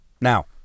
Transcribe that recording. Now